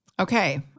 Okay